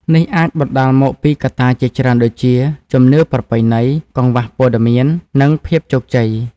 នេះអាចបណ្តាលមកពីកត្តាជាច្រើនដូចជា ជំនឿប្រពៃណី កង្វះព័ត៌មាន និងភាពជោគជ័យ។